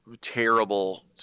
terrible